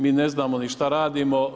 Mi ne znamo ni što radimo.